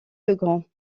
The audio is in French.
legrand